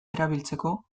erabiltzeko